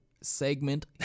segment